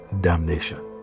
damnation